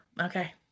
Okay